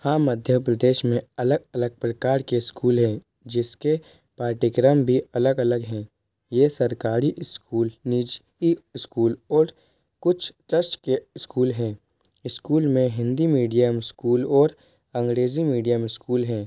हाँ मध्य प्रदेश में अलग अलग प्रकार के स्कूलें है जिसके पाठ्यक्रम भी अलग अलग है ये सरकारी इस्कूल निजी इस्कूल और कुछ ट्रस्ट के इस्कूल है इस्कूल में हिंदी मीडियम स्कूल और अंग्रेजी मीडियम स्कूल है